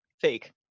fake